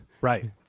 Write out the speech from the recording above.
Right